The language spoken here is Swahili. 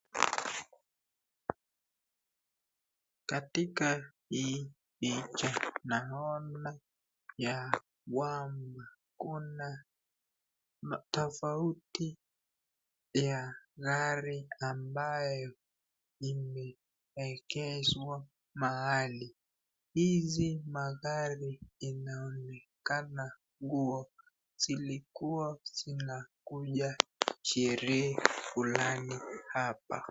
Katika hii naona ya kwamba kuna tofauti ya gariangi ambayo imeegezwa mahali. Hizi magari inaonekana kua zilikuwa zinakuja sherehe fulani hapa.